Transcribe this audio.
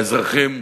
האזרחים,